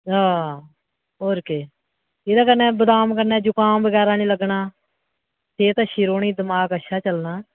हां होर केह् इ'दे कन्नै बदाम कन्नै जुकाम बगैरा निं लग्गना सेह्त अच्छी रौह्नी दमाक अच्छा चलना